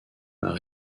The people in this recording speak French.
par